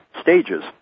stages